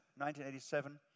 1987